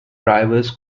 drivers